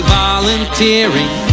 volunteering